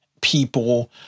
people